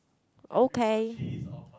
okay